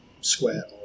square